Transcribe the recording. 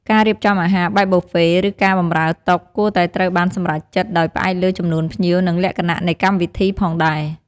ការរៀបចំអាហារបែបប៊ូហ្វេ ឬការបម្រើតុ គួរតែត្រូវបានសម្រេចចិត្តដោយផ្អែកលើចំនួនភ្ញៀវ និងលក្ខណៈនៃកម្មវិធីផងដែរ។